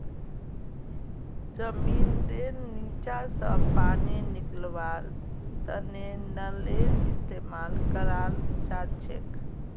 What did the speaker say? जमींनेर नीचा स पानी निकलव्वार तने नलेर इस्तेमाल कराल जाछेक